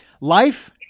life